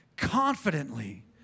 confidently